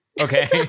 okay